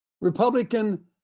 Republican